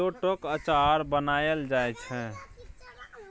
शेलौटक अचार बनाएल जाइ छै